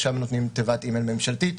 שם נותנים תיבת אימייל ממשלתית,